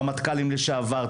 רמטכ"לים לשעבר,